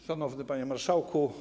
Szanowny Panie Marszałku!